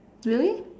really